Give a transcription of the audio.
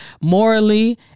morally